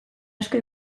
asko